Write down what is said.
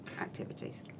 activities